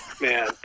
man